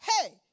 Hey